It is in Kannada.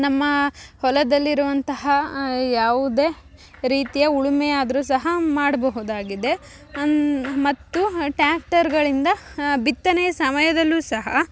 ನಮ್ಮ ಹೊಲದಲ್ಲಿರುವಂತಹ ಯಾವುದೇ ರೀತಿಯ ಉಳುಮೆ ಆದ್ರೂ ಸಹ ಮಾಡಬಹುದಾಗಿದೆ ಅನ್ ಮತ್ತು ಟ್ಯಾಕ್ಟರ್ಗಳಿಂದ ಬಿತ್ತನೆಯ ಸಮಯದಲ್ಲೂ ಸಹ